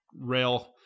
rail